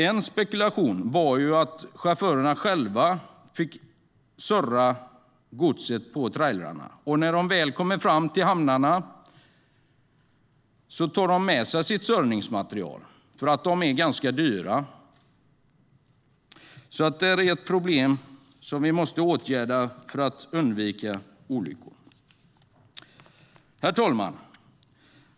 En spekulation var att chaufförer själva fick surra godset på trailrarna och att de, när de väl kommer fram till hamnen, tar med sig sitt surrningsmaterial, som är ganska kostsamt. Det är ett problem som vi måste åtgärda för att undvika olyckor. Herr talman!